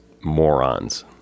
morons